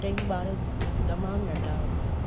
टई ॿार तमामु नंढा हूंदा